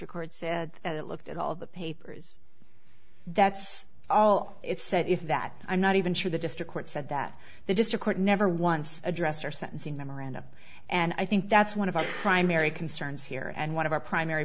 records said that it looked at all the papers that's all it said if that i'm not even sure the district court said that the district court never once address or sentencing memoranda and i think that's one of our primary concerns here and one of our primary